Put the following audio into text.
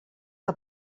que